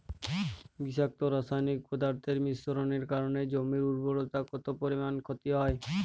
বিষাক্ত রাসায়নিক পদার্থের মিশ্রণের কারণে জমির উর্বরতা কত পরিমাণ ক্ষতি হয়?